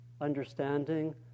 understanding